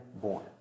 born